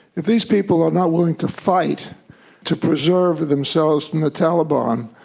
if these people are not willing to fight to preserve themselves from the taliban,